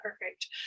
perfect